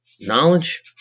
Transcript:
knowledge